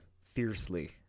fiercely